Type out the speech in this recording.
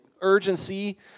urgency